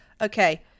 okay